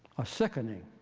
are sickening.